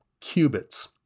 qubits